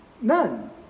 None